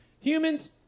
Humans